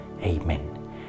Amen